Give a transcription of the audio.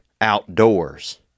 Outdoors